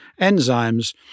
enzymes